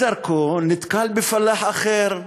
בדרכו נתקל בפלאח אחר,